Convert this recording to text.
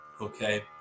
Okay